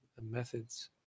methods